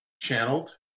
channeled